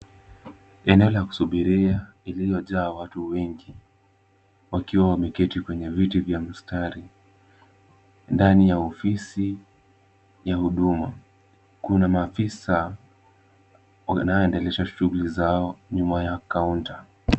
Eneo la kusubiria iliyojaa watu wengi. Wakiwa wameketi kwenye viti vya mstari. Ndani ya ofisi ya huduma, kuna maafisa. Wanaendeleza shughuli zao nyuma ya kaunta.